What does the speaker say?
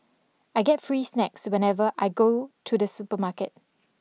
I get free snacks whenever I go to the supermarket